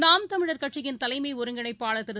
நாம் தமிழர் கட்சியின் தலைமைஒருங்கிணைப்பாளர் திரு